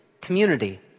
community